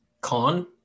con